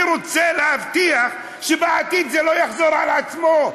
אני רוצה להבטיח שבעתיד זה לא יחזור על עצמו.